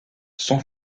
son